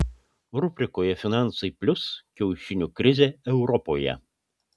rubrikoje finansai plius kiaušinių krizė europoje